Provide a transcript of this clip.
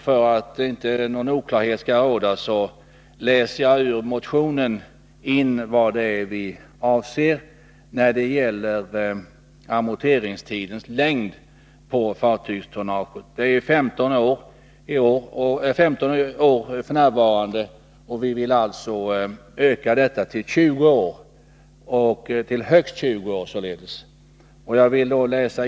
För att inte någon oklarhet skall råda läser jag ur motionen in vad vi avser när det gäller amorteringstidens längd beträffande fartygstonnaget. Amorteringstiden är f. n. 15 år, och vi vill öka den till högst 20 år.